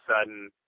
sudden